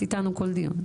את איתנו כל דיון.